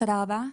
תודה רבה.